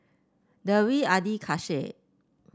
Dewi Adi Kasih